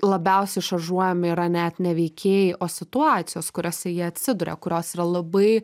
labiausiai šaržuojami yra net ne veikėjai o situacijos kuriose jie atsiduria kurios yra labai